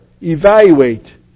evaluate